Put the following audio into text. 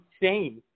insane